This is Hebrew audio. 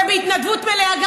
ובהתנדבות מלאה.